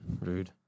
Rude